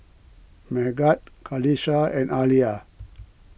Megat Qalisha and Alya